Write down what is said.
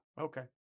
Okay